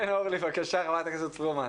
כן, בבקשה, חברת הכנסת פרומן.